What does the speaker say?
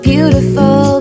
Beautiful